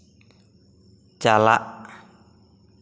ᱪᱟᱞᱟᱜ